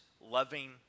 loving